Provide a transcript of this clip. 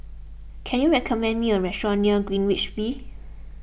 can you recommend me a restaurant near Greenwich V